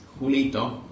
Julito